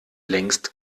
längst